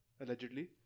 Allegedly